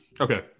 Okay